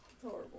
horrible